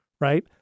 right